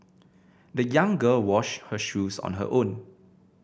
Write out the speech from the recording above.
the young girl washed her shoes on her own